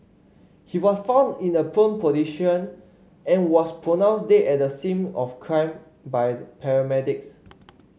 he was found in a prone position and was pronounced dead at the scene of crime by paramedics